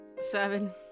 Seven